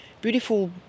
beautiful